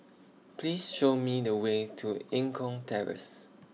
Please Show Me The Way to Eng Kong Terrace